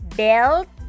belt